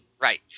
Right